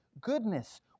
goodness